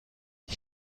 ist